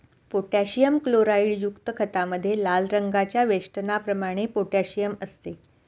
potassium क्लोराईडयुक्त खतामध्ये लाल रंगाच्या वेष्टनाप्रमाणे पोटॅशियम असते